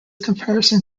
comparison